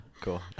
Cool